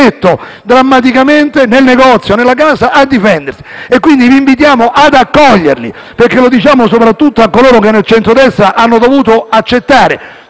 Grazie